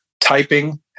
typing